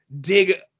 dig